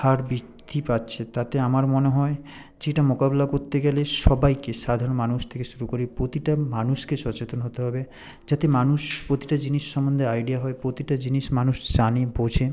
হার বৃদ্ধি পাচ্ছে তাতে আমার মনে হয় যেটা মোকাবিলা করতে গেলে সবাইকে সাধারণ মানুষ থেকে শুরু করে প্রতিটা মানুষকে সচেতন হতে হবে যাতে মানুষ প্রতিটা জিনিস সম্বন্ধে আইডিয়া হয় প্রতিটা জিনিস মানুষ জানে বোঝে